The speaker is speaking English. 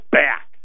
back